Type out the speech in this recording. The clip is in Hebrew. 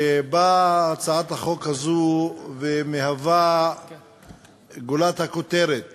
ובאה הצעת החוק הזו ומהווה את גולת הכותרת